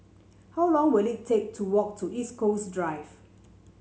how long will it take to walk to East Coast Drive